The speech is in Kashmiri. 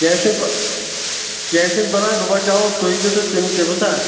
کینٛہہ چھُنہٕ پَہ کینٛہہ چھُنہٕ پرواے بہٕ بچاوَو تُہۍ تہِ تہٕ تِم تہِ بوٗزتھا